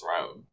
throne